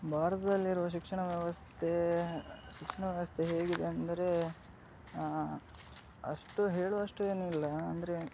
ಭಾರತದಲ್ಲಿರುವ ಶಿಕ್ಷಣ ವ್ಯವಸ್ಥೆ ಶಿಕ್ಷಣ ವ್ಯವಸ್ಥೆ ಹೇಗಿದೆ ಅಂದರೆ ಅಷ್ಟು ಹೇಳುವಷ್ಟು ಏನಿಲ್ಲ ಅಂದರೆ